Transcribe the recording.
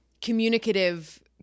communicative